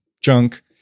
junk